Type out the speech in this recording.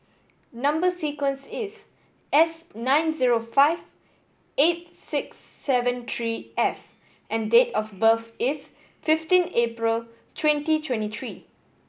number sequence is S nine zero five eight six seven three F and date of birth is fifteen April twenty twenty three